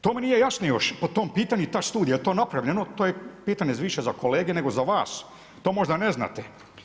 To mi nije jasno još po tom pitanju ta studija jel to napravljeno, to je pitanje više za kolege nego za vas, to možda ne znate.